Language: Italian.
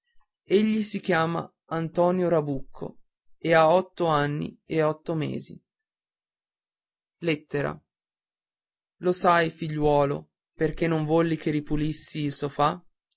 lepre egli si chiama antonio rabucco e ha otto anni e otto mesi lo sai figliuolo perché non volli che ripulissi il sofà